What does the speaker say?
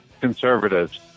conservatives